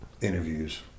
interviews